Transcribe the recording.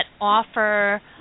offer